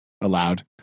allowed